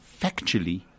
factually